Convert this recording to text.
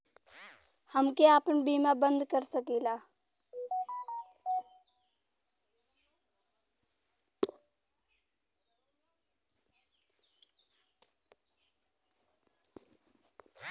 हमके आपन बीमा बन्द कर सकीला?